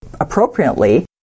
appropriately